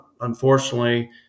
unfortunately